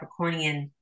Capricornian